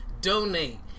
Donate